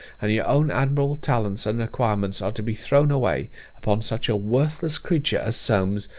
and your own admirable talents and acquirements, are to be thrown away upon such a worthless creature as solmes,